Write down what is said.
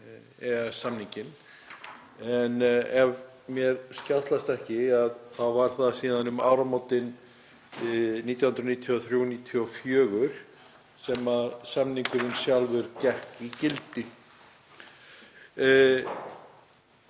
EES-samninginn. Ef mér skjátlast ekki þá var það síðan um áramótin 1993/1994 sem samningurinn sjálfur gekk í gildi.